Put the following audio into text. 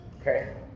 Okay